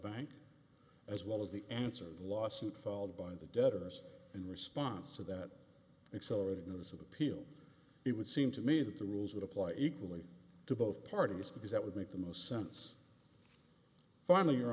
bank as well as the answer to the lawsuit filed by the debtors in response to that accelerated notice of appeal it would seem to me that the rules would apply equally to both parties because that would make the most sense finally